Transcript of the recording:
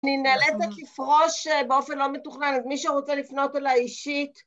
אני נאלצת לפרוש באופן לא מתוכנן, אז מי שרוצה לפנות אלי אישית...